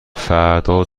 فردا